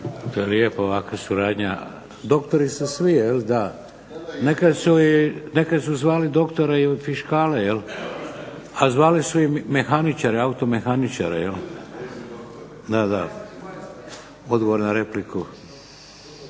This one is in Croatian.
To je lijepo ovako suradnja doktori sa svi. Da, nekad su zvali doktore i fiškale, a zvali su i automehaničare. Da, da. Odgovor na repliku.